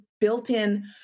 built-in